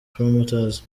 promoters